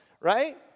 right